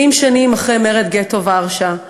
70 שנים אחרי מרד גטו ורשה,